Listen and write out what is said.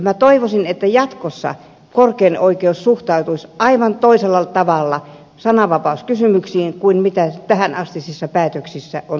minä toivoisinkin että jatkossa korkein oikeus suhtautuisi aivan toisella tavalla sananvapauskysymyksiin kuin tähänastisissa päätöksissä on suhtauduttu